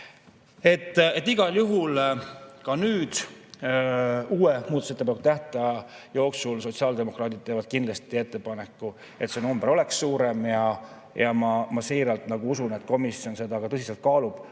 Igal juhul ka nüüd, uue muudatusettepanekute tähtaja jooksul sotsiaaldemokraadid teevad kindlasti ettepaneku, et see number oleks suurem. Ja ma siiralt usun, et komisjon seda ka tõsiselt kaalub,